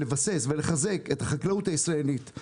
לבסס ולחזק את החקלאות הישראלית,